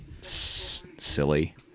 silly